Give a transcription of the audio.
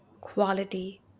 quality